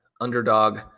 underdog